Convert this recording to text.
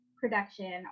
production